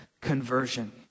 conversion